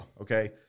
okay